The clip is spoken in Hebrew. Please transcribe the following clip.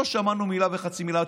לא שמענו מילה וחצי מילה.